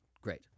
Great